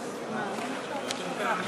מעוניין למסור הודעה.